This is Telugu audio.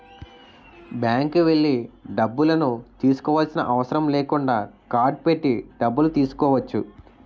బ్యాంక్కి వెళ్లి డబ్బులను తీసుకోవాల్సిన అవసరం లేకుండా కార్డ్ పెట్టి డబ్బులు తీసుకోవచ్చు